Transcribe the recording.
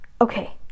okay